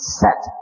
set